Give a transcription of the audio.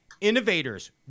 innovators